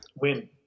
Win